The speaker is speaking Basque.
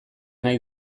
nahi